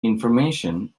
information